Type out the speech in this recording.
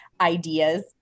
ideas